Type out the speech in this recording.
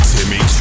Timmy